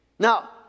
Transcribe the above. Now